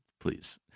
please